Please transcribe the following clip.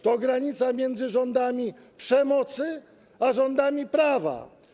To granica między rządami przemocy a rządami prawa.